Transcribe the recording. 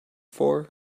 for